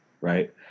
right